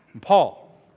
Paul